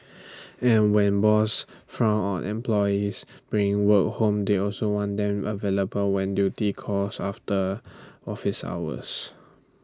and when boss frown on employees bring work home they also want them available when duty calls after office hours